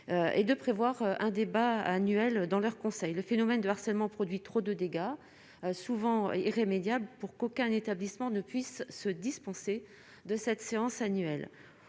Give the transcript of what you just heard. et de prévoir un débat annuel dans leur conseil le phénomène de harcèlement produit trop de dégâts, souvent irrémédiable pour qu'aucun établissement ne puisse se dispenser de cette séance annuelle